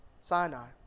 Sinai